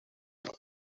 hill